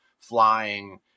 flying